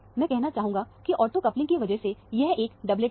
मैं कहना चाहूंगा की ऑर्थो कपलिंग की वजह से यह एक डबलेट है